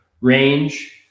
range